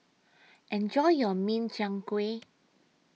Enjoy your Min Chiang Kueh